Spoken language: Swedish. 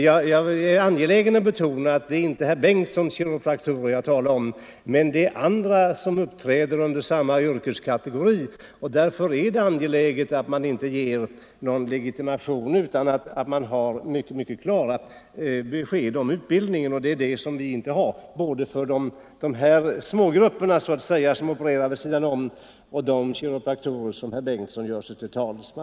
Jag — oo är angelägen betona att det inte är ”herr Bengtssons kiropraktorer” jag nu Legitimation för talar om, men eftersom även andra uppträder under samma yrkesbenämning vissa kiropraktorer är det angeläget att legitimationen inte ges utan att man har fått mycket klara besked om utbildningen — och det är det som vi inte har — både för de kiropraktorer som herr Bengtsson gör sig till talesman för och för de smågrupper som opererar vid sidan om.